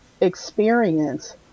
experience